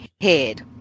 head